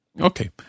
okay